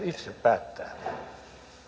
itse päättää